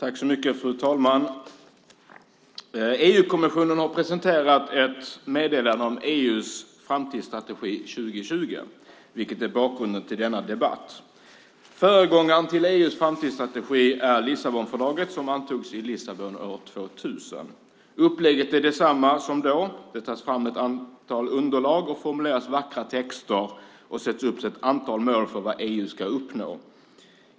Fru talman! EU-kommissionen har presenterat ett meddelande om EU:s framtidsstrategi 2020, vilket är bakgrunden till denna debatt. Föregångaren till EU:s framtidsstrategi är Lissabonfördraget som antogs i Lissabon år 2000. Upplägget är detsamma som då. Det tas fram ett antal underlag och formuleras vackra texter och sätts upp ett antal mål för vad EU ska uppnå.